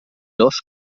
dos